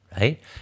right